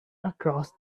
across